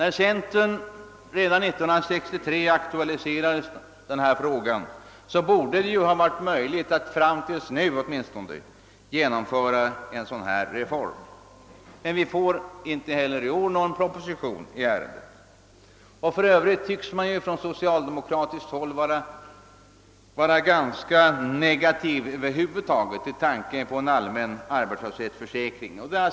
Centern aktualiserade denna fråga redan 1963 och det borde ha varit möjligt att åtminstone vid det här laget genomföra en dylik reform. Men vi får inte heller i år någon proposition i ärendet. För övrigt tycks socialdemokraterna över huvud taget vara ganska negativt inställda till tanken på en allmän arbetslöshetsförsäkring.